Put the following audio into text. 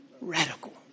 Radical